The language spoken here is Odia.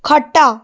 ଖଟ